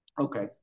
Okay